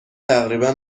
تقریبا